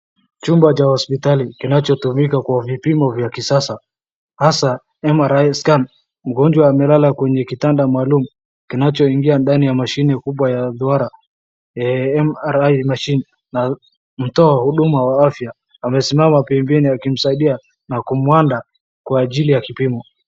Chumba cha hospitali kinachotumika kwa vipimo vya kisasa hasa MRS scan. Mgonjwa amelalal kwenye kitanda maalum kinacho ingia ndani ya mashine kubwaya dura, MRI machine na mtoa huduma wa afya amesimama pembeni akimsaidia na kumuandaa kwa jili ya kipimo.